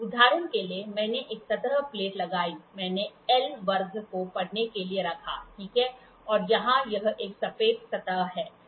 उदाहरण के लिए मैंने एक सतह प्लेट लगाई मैंने L वर्ग को पढ़ने के लिए रखा ठीक है और यहाँ यह एक सपाट सतह है